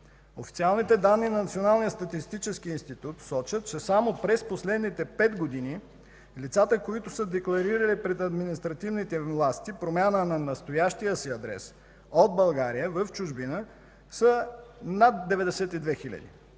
Официалните данни на Националния статистически институт сочат, че само през последните пет години лицата, които са декларирали пред административните власти промяна на настоящия си адрес от България в чужбина, са над 92 хиляди.